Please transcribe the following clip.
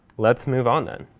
let's move on then.